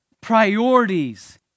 priorities